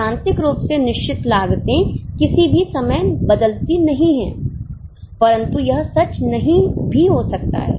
सैद्धांतिक रूप से निश्चित लागते किसी भी समय बदलती नहीं है परंतु यह सच नहीं भी हो सकता है